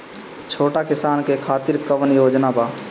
छोटा किसान के खातिर कवन योजना बा?